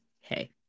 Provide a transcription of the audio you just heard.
hey